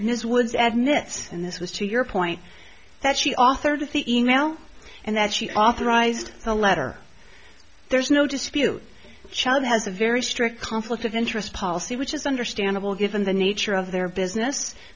her his words agnes and this was to your point that she authored the e mail and that she authorized a letter there's no dispute chad has a very strict conflict of interest policy which is understandable given the nature of their business